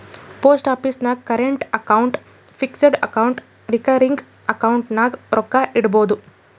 post office ನಾಗ್ current account, fixed account, recurring account ನಾಗ್ ರೊಕ್ಕಾ ಇಡ್ಬೋದ್